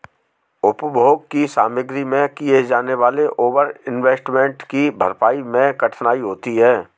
उपभोग की सामग्री में किए जाने वाले ओवर इन्वेस्टमेंट की भरपाई मैं कठिनाई होती है